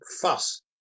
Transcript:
fuss